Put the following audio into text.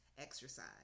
exercise